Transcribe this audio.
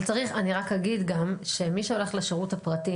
אבל אני רק אגיד גם, שמי שהולך לשירות הפרטי